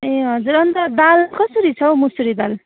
ए हजुर अन्त दाल कसरी छ हौ मुसुरी दाल